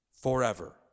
forever